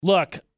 Look